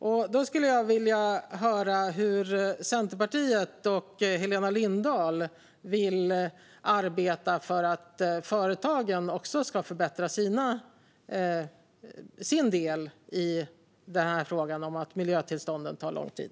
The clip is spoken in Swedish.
Jag skulle vilja höra hur Centerpartiet och Helena Lindahl vill arbeta för att också företagen ska förbättra sin del i frågan om att miljötillstånden tar lång tid.